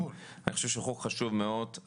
אני חושב שהוא חוק חשוב מאוד.